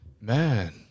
Man